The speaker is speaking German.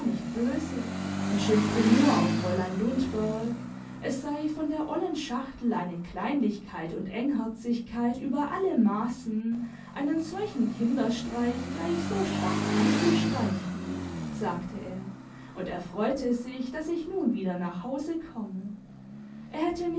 nicht böse und schimpfte nur auf fräulein lundberg es sei von der ollen schachtel eine kleinlichkeit und engherzigkeit über alle maßen einen solchen kinderstreich gleich so schwarz anzustreichen sagte er und er freute sich daß ich mm wieder nach hause komme er hätte mich